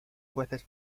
jueces